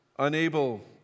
Unable